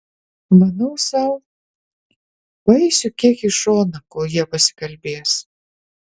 manau sau paeisiu kiek į šoną kol jie pasikalbės